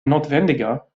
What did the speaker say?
notwendiger